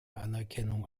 anerkennung